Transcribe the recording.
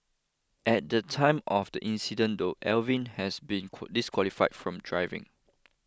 at the time of the incident though Alvin has been disqualified from driving